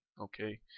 okay